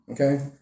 Okay